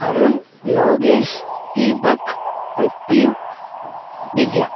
Arun Lokesh Deepak Prithvi Divya